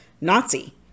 Nazi